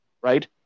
right